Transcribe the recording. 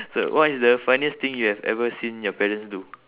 so what is the funniest thing you have ever seen your parents do